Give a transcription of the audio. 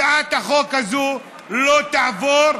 הצעת החוק הזאת לא תעבור.